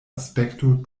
aspekto